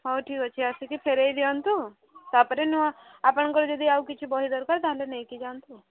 ହଉ ଠିକ୍ ଅଛି ଆସିକି ଫେରେଇ ଦିଅନ୍ତୁ ତା'ପରେ ନୂଆ ଆପଣଙ୍କର ଯଦି ଆଉ କିଛି ବହି ଦରକାର ତାହେଲେ ନେଇକି ଯାଆନ୍ତୁ